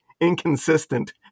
inconsistent